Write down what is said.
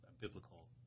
biblical